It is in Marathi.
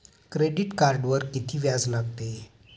क्रेडिट कार्डवर किती व्याज लागते?